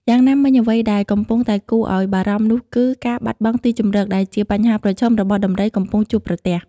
យ៉ាងណាមិញអ្វីដែលកំពុងតែគួរឲ្យបារម្ភនោះគឺការបាត់បង់ទីជម្រក ដែលជាបញ្ហាប្រឈមរបស់ដំរីកំពុងជួបប្រទះ។